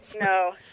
No